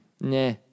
Nah